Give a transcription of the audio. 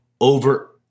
over